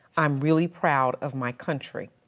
i'm really proud of my country.